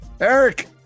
Eric